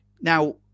Now